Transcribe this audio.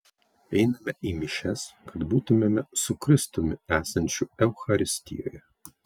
einame į mišias kad būtumėme su kristumi esančiu eucharistijoje